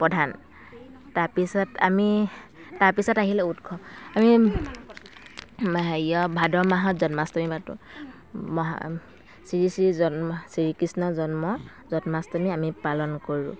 প্ৰধান তাৰপিছত আমি তাৰপিছত আহিলে উৎসৱ আমি হেৰিয়ত ভাদ মাহত জন্মাষ্টমী পাতোঁ মহা শ্ৰীশ্ৰী জন্মা শ্ৰীকৃষ্ণ জন্ম জন্মাষ্টমী আমি পালন কৰোঁ